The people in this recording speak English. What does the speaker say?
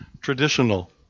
traditional